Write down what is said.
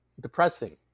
depressing